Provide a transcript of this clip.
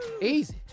Easy